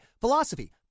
philosophy